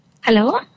Hello